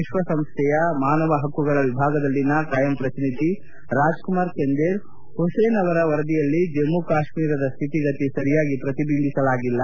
ವಿಶ್ವಸಂಸ್ವೆಯ ಮಾನವ ಹಕ್ಕುಗಳ ವಿಭಾಗದಲ್ಲಿನ ಕಾಯಂ ಪ್ರತಿನಿಧಿ ರಾಜ್ಕುಮಾರ್ ಚಂದೇರ್ ಹುಸೇನ್ ಅವರ ವರದಿಯಲ್ಲಿ ಜಮ್ಮು ಕಾಶ್ಮೀರದ ಸ್ಟಿತಿಗತಿ ಸರಿಯಾಗಿ ಪ್ರತಿಬಿಂಬಿಸಲಾಗಿಲ್ಲ